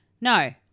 no